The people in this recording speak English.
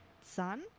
son